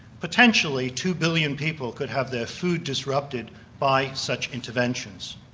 potentially two billion people could have their food disrupted by such interventions.